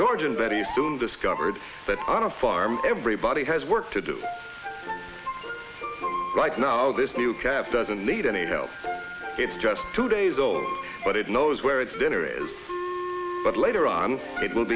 georgian very soon discovered that on a farm everybody has work to do right now this new cap doesn't need any help it's just two days old but it knows where its dinner is but later on it will